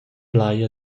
plai